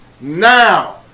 Now